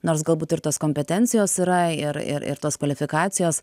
nors galbūt ir tos kompetencijos yra ir ir ir tos kvalifikacijos